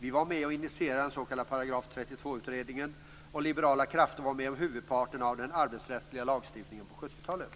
Vi var med och initierade den s.k. § 32 utredningen. Liberala krafter var med om huvudparten av den arbetsrättsliga lagstiftningen på 70-talet.